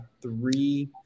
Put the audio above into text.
three